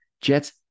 Jets